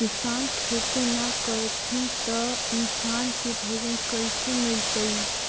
किसान खेती न करथिन त इन्सान के भोजन कइसे मिलतइ?